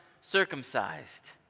circumcised